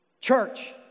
Church